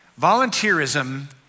Volunteerism